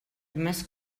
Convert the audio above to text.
més